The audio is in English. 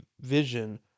vision